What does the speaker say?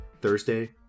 Thursday